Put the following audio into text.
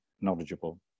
knowledgeable